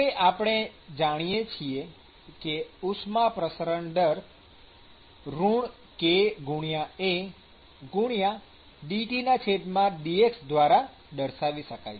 હવે આપણે જાણીએ છીએ કે ઉષ્મા પ્રસરણ દર kAdTdx દ્વારા દર્શાવી શકાય છે